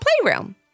playroom